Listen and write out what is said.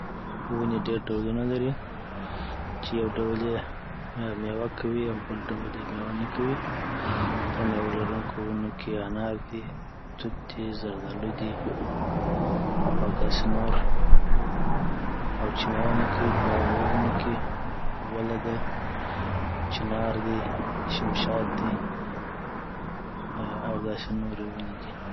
ونې ډیر ډولونه لري چي یو ډول یی مېوه آ کوی اوبل ډول یی مېوه نه کوي په مېوه لرونکو کې سیب، دی انار دی، توت دی، زردالو دی، او داسی نور اوچی مېوه نه کوی په هغو ونو کی وله ده، چینار دی، شمشاد دی او داسی نوری ونې دی